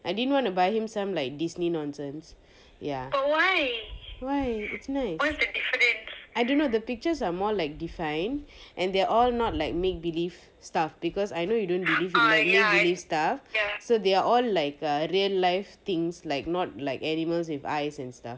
I didn't want to buy him some like disney nonsense I don't know the pictures are more like define and they're all not like make believe stuff because I know you don't believe make believe stuff so they are all like a real life things like not like animals with eyes and stuff